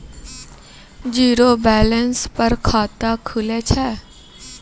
Zero balance पर खाता खुले छै?